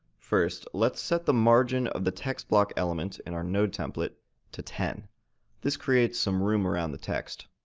first, let's set the margin of the textblock element in our nodetemplate to ten this creates some room around the text.